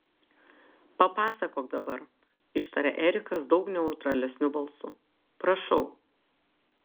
papasakok dabar ištarė erikas daug neutralesniu balsu prašau